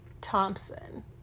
thompson